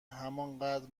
همانقدر